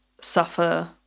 suffer